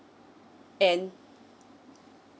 and